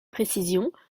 précisions